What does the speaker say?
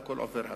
והכול עובר הלאה.